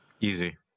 easy